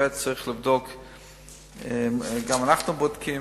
אנחנו אפילו בודקים